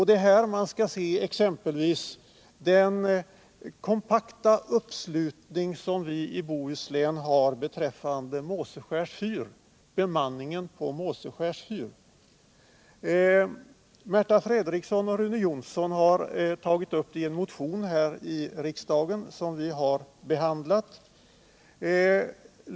Det är mot den bakgrunden man skall se den kompakta uppslutningen i Bohuslän bakom förslaget om bemanningen om Måseskärs fyr. Märta Fredriksson och Rune Jonsson har tagit upp den frågan i en motion till riksdagen som vi har behandlat.